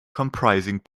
comprising